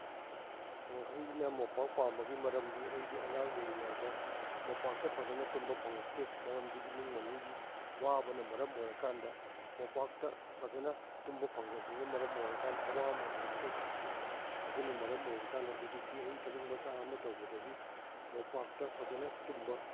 ꯍꯣ ꯑꯩꯅ ꯃꯣꯝꯄꯥꯛ ꯄꯥꯝꯕꯒꯤ ꯃꯔꯝꯗꯤ ꯑꯩꯗꯤ ꯑꯉꯥꯡ ꯑꯣꯏꯔꯤꯉꯥꯏꯗ ꯃꯣꯝꯄꯥꯛꯇ ꯐꯖꯅ ꯇꯨꯝꯕ ꯐꯪꯉꯛꯇꯦ ꯃꯔꯝꯗꯤ ꯏꯃꯨꯡ ꯃꯅꯨꯡꯒꯤ ꯋꯥꯕꯅ ꯃꯔꯝ ꯑꯣꯏꯔꯀꯥꯟꯗ ꯃꯣꯝꯄꯥꯛꯇ ꯐꯖꯅ ꯇꯨꯝꯕ ꯐꯪꯗꯕꯗꯨꯅ ꯃꯔꯝ ꯑꯣꯏꯔꯀꯥꯟꯗ ꯑꯋꯥꯕ ꯃꯌꯥꯝ ꯑꯃ ꯊꯦꯡꯅꯔꯛꯈꯤ ꯑꯗꯨꯅ ꯃꯔꯝ ꯑꯣꯏꯔꯀꯥꯟꯗ ꯍꯧꯖꯤꯛꯇꯤ ꯑꯩ ꯊꯕꯛ ꯃꯆꯥ ꯑꯃ ꯇꯧꯕꯗꯒꯤ ꯃꯣꯝꯄꯥꯛꯇ ꯐꯖꯅ ꯇꯨꯝꯕ